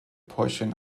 portion